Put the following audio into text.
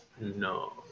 No